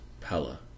Pella